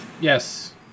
yes